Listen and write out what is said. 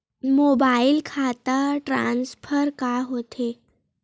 Mobile खाता transfer का होथे?